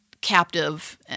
captive